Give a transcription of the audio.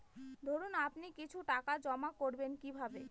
ধরুন আপনি কিছু টাকা জমা করবেন কিভাবে?